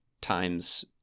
times